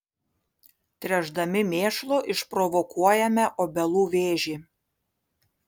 tręšdami mėšlu išprovokuojame obelų vėžį